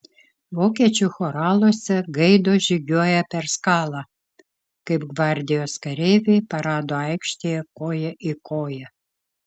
vokiečių choraluose gaidos žygiuoja per skalą kaip gvardijos kareiviai parado aikštėje koja į koją